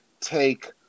take